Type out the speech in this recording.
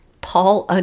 Paul